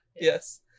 Yes